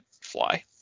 fly